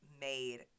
made